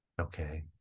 okay